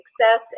success